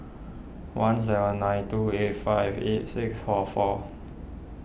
one seven nine two eight five eight six four four